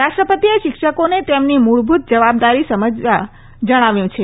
રાષ્ટ્રપતિએ શિક્ષકોને તેમની મૂળભૂત જવાબદારી સમજવા જણાવ્યું છે